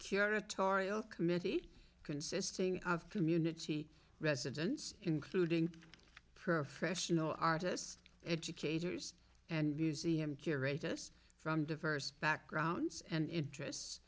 curatorial committee consisting of community residents including professional artist educators and view z m curators from diverse backgrounds and interests